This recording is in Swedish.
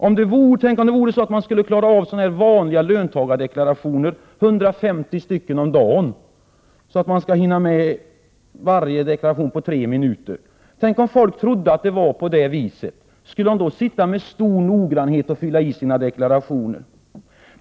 Tänk om man kunde klara av att kontrollera 150 vanliga löntagardeklarationer om dagen, dvs. kontrollera varje deklaration på tre minuter! Tänk om folk trodde att det fungerade så! Skulle de då sitta med stor noggrannhet och fylla i sina deklarationer?